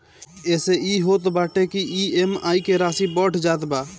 एसे इ होत बाटे की इ.एम.आई के राशी बढ़ जात बा